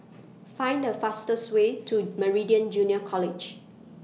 Find The fastest Way to Meridian Junior College